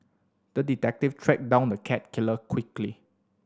the detective tracked down the cat killer quickly